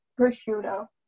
prosciutto